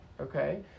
Okay